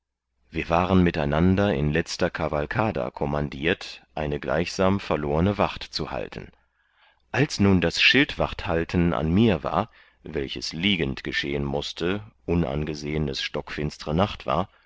wir waren miteinander in letzter cavalcada kommandiert eine gleichsam verlorne wacht zu halten als nun das schildwachthalten an mir war welches liegend geschehen mußte unangesehen es stockfinstre nacht war